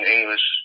English